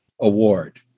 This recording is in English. award